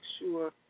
sure